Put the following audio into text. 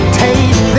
take